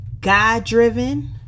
God-driven